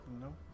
No